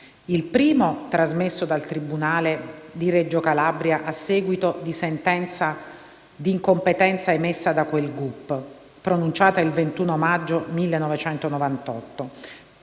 il primo, trasmesso dal tribunale di Reggio Calabria a seguito di sentenza di incompetenza emessa da quel gup (pronunciata il 21 maggio 1998),